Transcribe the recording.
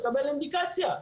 לקבל אינדיקציה?